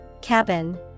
Cabin